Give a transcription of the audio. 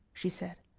she said,